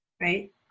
right